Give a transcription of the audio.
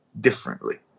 differently